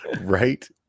Right